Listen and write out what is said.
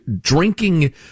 drinking